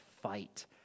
fight